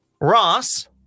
Ross